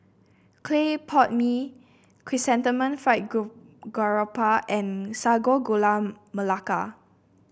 Clay Pot Mee Chrysanthemum Fried Garoupa and Sago Gula Melaka